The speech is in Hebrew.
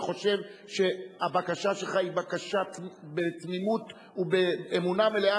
וחושב שהבקשה שלך היא בקשה בתמימות ובאמונה מלאה,